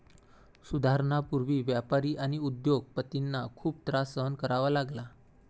सुधारणांपूर्वी व्यापारी आणि उद्योग पतींना खूप त्रास सहन करावा लागला